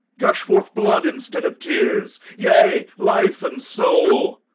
gush forth blood, instead of tears! yea, life and soul!